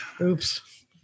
Oops